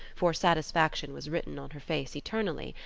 for satisfaction was written on her face eternally,